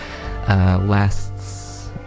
Last's